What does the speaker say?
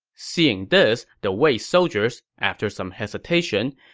seeing this, the wei soldiers, after some hesitation,